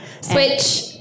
Switch